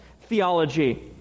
theology